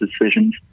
decisions